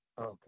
okay